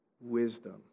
wisdom